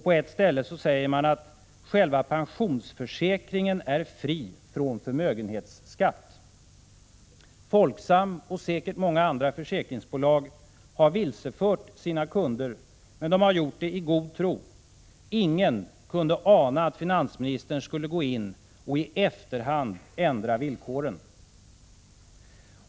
På ett ställe säger man: ”Själva pensionsförsäkringen är fri från förmögenhetsskatt.” Folksam — och säkert andra försäkringsbolag — har vilsefört sina kunder, men de har gjort det i god tro. Ingen kunde ana att finansministern skulle gå in och i efterhand ändra villkoren.